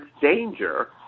danger